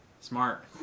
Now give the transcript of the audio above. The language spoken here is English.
Smart